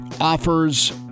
offers